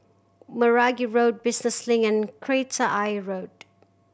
Meragi Road Business Link and Kreta Ayer Road